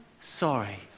sorry